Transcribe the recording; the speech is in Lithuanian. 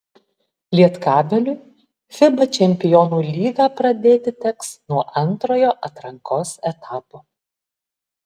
lietkabeliui fiba čempionų lygą pradėti teks nuo antrojo atrankos etapo